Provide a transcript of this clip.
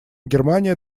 германия